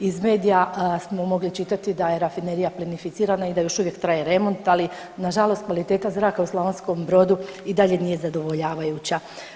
Iz medija smo mogli čitati da je rafinerija plinificirana i da još uvijek traje remont, ali nažalost kvaliteta zraka u Slavonskom Brodu i dalje nije zadovoljavajuća.